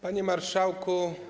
Panie Marszałku!